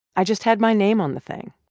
i just had my name on the thing.